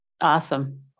Awesome